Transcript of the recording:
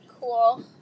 Cool